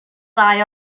ddau